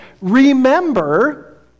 remember